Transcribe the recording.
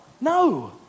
No